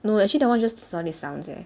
no actually that one just no need sounds eh